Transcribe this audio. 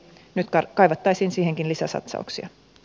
nyt kaivattaisiin siihenkin lisäsatsauksia